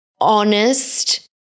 honest